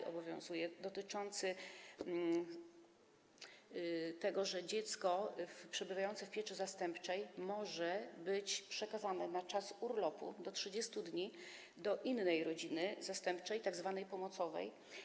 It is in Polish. Chodzi o zapis dotyczący tego, że dziecko przebywające w pieczy zastępczej może być przekazane na czas urlopu do 30 dni do innej rodziny zastępczej, tzw. pomocowej.